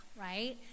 Right